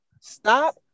stop